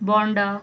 बोंडा